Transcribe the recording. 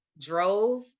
drove